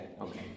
Okay